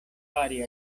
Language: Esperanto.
fari